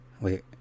Wait